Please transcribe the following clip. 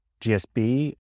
GSB